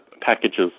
packages